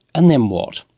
and then what?